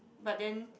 but then